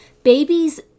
Babies